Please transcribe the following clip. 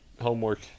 homework